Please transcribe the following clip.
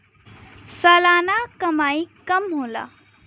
सलाना कमाई कम होला